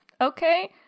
okay